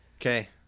Okay